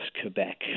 Quebec